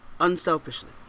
unselfishly